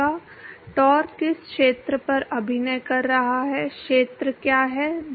टौर किस क्षेत्र पर अभिनय कर रहा है क्षेत्र क्या है